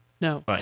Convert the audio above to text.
No